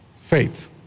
faith